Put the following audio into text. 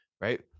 right